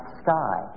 sky